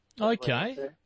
Okay